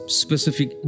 specific